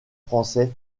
français